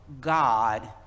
God